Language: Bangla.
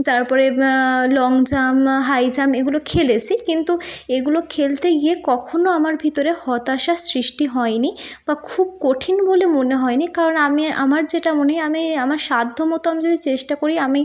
তারপরে লং জাম্প হাই জাম্প এগুলো খেলেছি কিন্তু এগুলো খেলতে গিয়ে কখনো আমার ভিতরে হতাশার সৃষ্টি হয়নি বা খুব কঠিন বলে মনে হয়নি কারণ আমি আমার যেটা মনে আমি আমার সাধ্যমতো আমি যদি চেষ্টা করি আমি